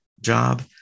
job